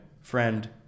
friend